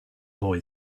boy